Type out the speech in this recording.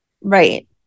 Right